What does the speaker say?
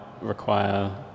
require